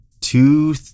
two